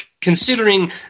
considering